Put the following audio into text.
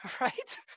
right